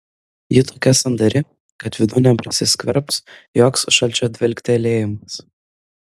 ji tokia sandari kad vidun neprasiskverbs joks šalčio dvelktelėjimas